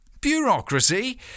Bureaucracy